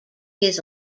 his